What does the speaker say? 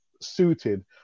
suited